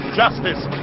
justice